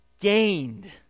gained